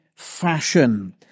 Fashion